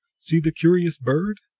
see the curious bird!